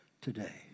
today